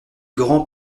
grand